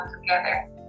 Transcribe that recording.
together